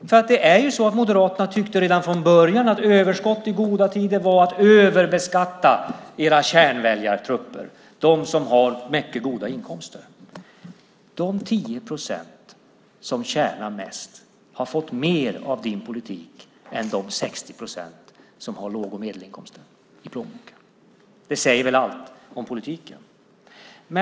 Moderaterna tyckte nämligen redan från början att överskott i goda tider var att överbeskatta deras kärnväljartrupper, de med mycket goda inkomster. De 10 procent som tjänar mest har fått mer genom er politik än de 60 procenten låg och medelinkomsttagare. Det säger väl allt om politiken!